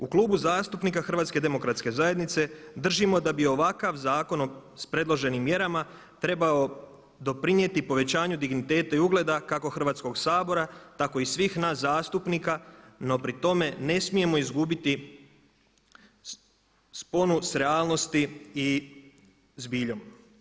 U Klubu zastupnika HDZ-a držimo da bi ovakav zakon s predloženim mjerama trebao doprinijeti povećanju digniteta i ugleda kako Hrvatskog sabora tako i svih nas zastupnika no pri tome ne smijemo izgubiti sponu s realnosti i zbiljom.